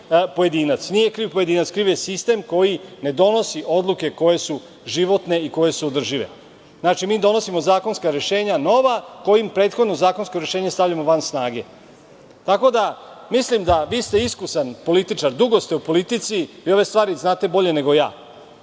Nije kriv pojedinac, kriv je sistem koji ne donosi odluke koje su životne i koje su održive. Znači, donosimo nova zakonska rešenja kojima prethodna zakonska rešenja stavljamo van snage. Vi ste iskusan političar, dugo ste u politici i ove stvari znate bolje nego ja.